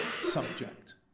subject